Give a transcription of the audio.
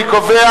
אני קובע